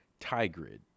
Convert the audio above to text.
Tigrid